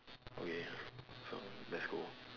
okay so let's go